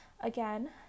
again